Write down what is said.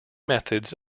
methods